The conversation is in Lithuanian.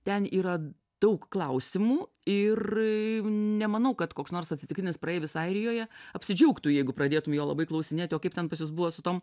ten yra daug klausimų ir nemanau kad koks nors atsitiktinis praeivis airijoje apsidžiaugtų jeigu pradėtum jo labai klausinėti o kaip ten pas jus buvo su tom